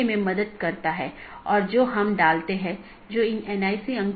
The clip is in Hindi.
इसलिए उद्देश्य यह है कि इस प्रकार के पारगमन ट्रैफिक को कम से कम किया जा सके